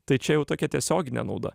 tai čia jau tokia tiesioginė nauda